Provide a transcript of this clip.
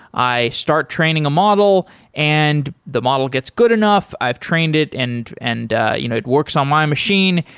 i start training a model and the model gets good enough, i've trained it and and you know it works on my machine,